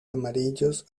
amarillos